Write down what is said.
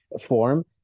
form